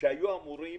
שהיו אמורים